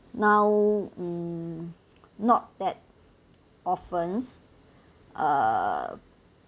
now mm not that often ah